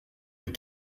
les